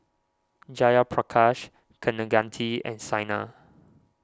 Jayaprakash Kaneganti and Saina